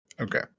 Okay